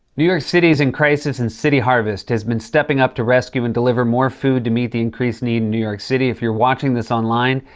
new york city is in crisis, and city harvest has been stepping up to rescue and deliver more food to meet the increased need in new york city. if you're watching this online,